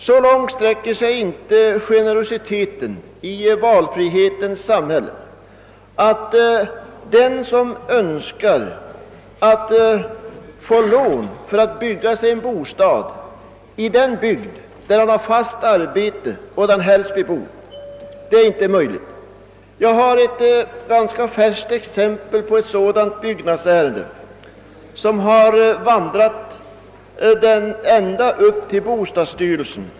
Så långt sträcker sig inte generositeten i valfrihetens samhälle, att den som så önskar kan få lån för att bygga sig en bostad i den bygd där han har fast arbete och där han helst vill bo. Jag har ett ganska färskt exempel på ett sådant byggnadsärende, som har vandrat ända upp till bostadsstyrelsen.